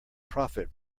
profit